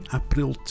april